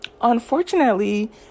unfortunately